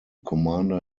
commander